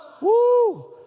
Woo